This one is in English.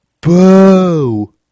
boo